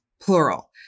plural